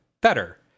better